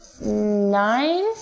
nine